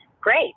Great